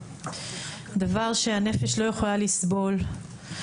דבר שהנפש לא יכולה לסבול.